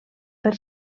per